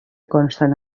consten